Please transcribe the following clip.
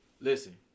Listen